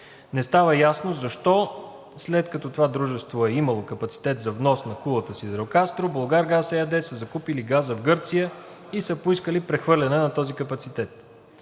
Не става ясно защо, след като това дружество е имало капацитет за внос на Кулата – Сидирокастро, „Булгаргаз“ ЕАД са закупили газа в Гърция и са поискали прехвърляне на този капацитет.